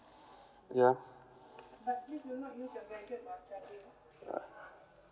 yeah